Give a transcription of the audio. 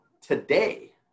today